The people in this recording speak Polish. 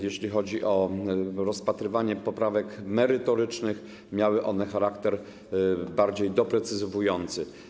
Jeśli chodzi o rozpatrywanie poprawek merytorycznych, miały one charakter bardziej doprecyzowujący.